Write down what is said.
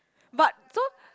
but so